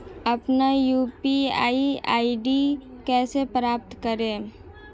अपना UPI ID कैसे प्राप्त करें?